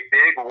big